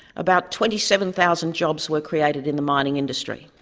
about twenty seven thousand jobs were created in the mining industry.